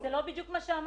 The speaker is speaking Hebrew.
זה לא בדיוק מה שאמרת.